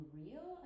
real